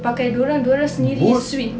pakai diorang diorang sendiri swim